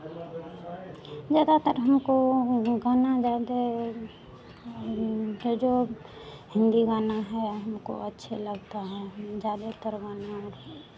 ज़्यादातर हमको गाना ज़्यादे ये जो हिन्दी गाना है हमको अच्छे लगता है हम ज़्यादेतर गाना